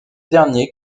dernier